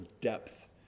depth